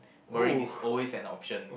is always an option